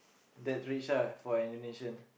that rich ah for an Indonesian